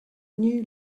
new